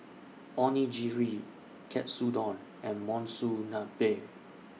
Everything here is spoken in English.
Onigiri Katsudon and Monsunabe